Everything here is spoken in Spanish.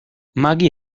maggie